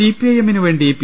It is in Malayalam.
സി പി ഐ എമ്മിനുവേണ്ടി പി